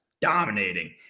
dominating